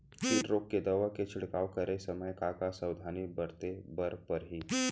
किट रोके के दवा के छिड़काव करे समय, का का सावधानी बरते बर परही?